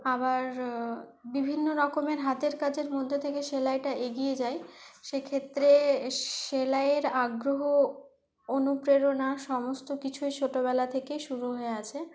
আবার বিভিন্ন রকমের হাতের কাজের মধ্যে থেকে সেলাইটা এগিয়ে যায় সে ক্ষেত্রে সেলাইয়ের আগ্রহ অনুপ্রেরণা সমস্ত কিছুই ছোটবেলা থেকেই শুরু হয়ে আছে